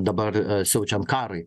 dabar siaučiant karui